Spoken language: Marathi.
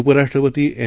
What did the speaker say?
उपराष्ट्रपती एम